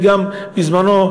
בזמנו,